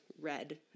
red